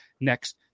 next